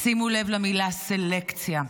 שימו לב למילה "סלקציה",